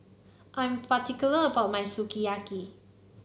I'm particular about my Sukiyaki